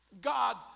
God